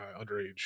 underage